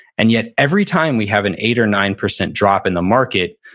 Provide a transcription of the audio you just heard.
and yet, every time we have an eight or nine percent drop in the market,